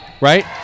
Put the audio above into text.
right